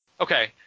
Okay